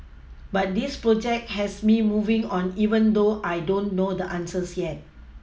but this project has me moving on even though I don't know the answers yet